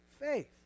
faith